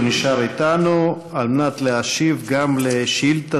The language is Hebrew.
הוא נשאר אתנו על מנת להשיב גם על שאילתה